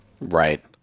Right